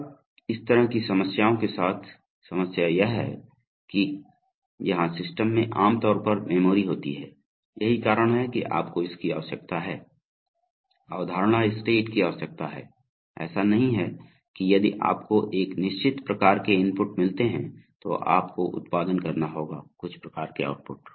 अब इस तरह की समस्याओं के साथ समस्या यह है कि यहां सिस्टम में आम तौर पर मेमोरी होती है यही कारण है कि आपको इसकी आवश्यकता है अवधारणा स्टेट की आवश्यकता है ऐसा नहीं है कि यदि आपको एक निश्चित प्रकार के इनपुट मिलते हैं तो आपको उत्पादन करना होगा कुछ प्रकार के आउटपुट